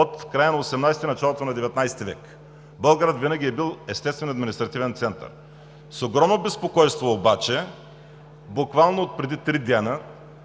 от края на XVIII и началото на XIX век. Болград винаги е бил естествен административен център. С огромно безпокойство обаче буквално преди три дни